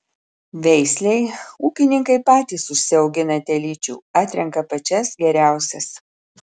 veislei ūkininkai patys užsiaugina telyčių atrenka pačias geriausias